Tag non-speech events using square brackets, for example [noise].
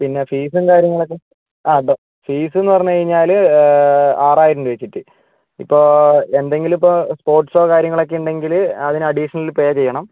പിന്നെ ഫീസും കാര്യങ്ങളും ഒക്കെ [unintelligible] ഫീസ് എന്നു പറഞ്ഞു കഴിഞ്ഞാൽ ആറായിരം രൂപ വെച്ചിട്ട് ഇപ്പോൾ എന്തെങ്കിലും ഇപ്പോൾ സ്പോർട്ട്സോ കാര്യങ്ങളോ ഒക്കെ ഉണ്ടെങ്കിൽ അതിന് അഡീഷണൽ പേ ചെയ്യണം